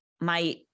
my-